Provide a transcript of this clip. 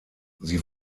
sie